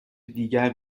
دیگر